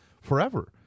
forever